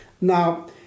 now